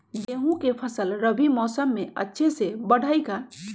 गेंहू के फ़सल रबी मौसम में अच्छे से बढ़ हई का?